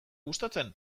gustatzen